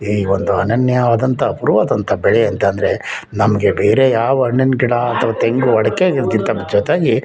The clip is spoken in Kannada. ಈ ಒಂದು ಅನನ್ಯವಾದಂಥ ಅಪ್ರೂಪ ಆದಂಥ ಬೆಳೆ ಅಂತಂದರೆ ನಮಗೆ ಬೇರೆ ಯಾವ ಹಣ್ಣಿನ ಗಿಡ ಅಥ್ವ ತೆಂಗು ಅಡಿಕೆಗಿಂತ ಜೊತೆಗೆ